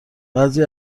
بعضی